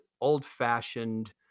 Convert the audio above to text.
old-fashioned